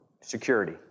security